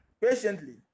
patiently